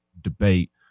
debate